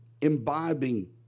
imbibing